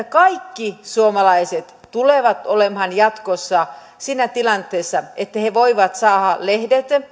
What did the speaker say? kaikki suomalaiset tulevat olemaan jatkossa siinä tilanteessa että he voivat saada lehdet